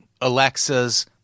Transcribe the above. Alexas